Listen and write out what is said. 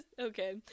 okay